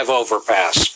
overpass